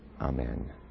Amen